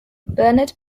bernard